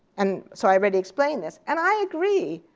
and so i already explained this. and i agree.